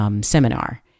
seminar